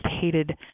hated